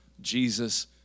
Jesus